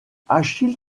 achille